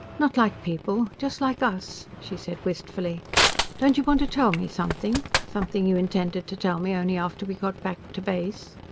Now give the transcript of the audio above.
not like people. just like us. she said wistfully don't you want to tell me something? something you intended to tell me only after we got back to base?